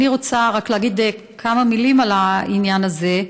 אני רוצה רק להגיד כמה מילים על העניין הזה.